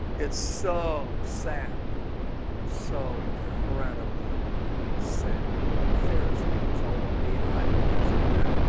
it's so sad so incredibly sad pharisee ism. it's all about me. i do this i do that